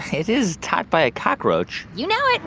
it is taught by a cockroach you know it.